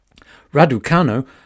Raducano